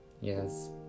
yes